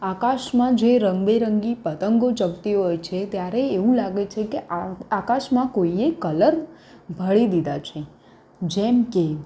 આકાશમાં જે રંગબેરંગી પતંગો ચગતી હોય છે ત્યારે એવું લાગે છે કે આકાશમાં કોઈએ કલર ભરી દીધા છે જેમકે